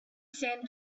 sand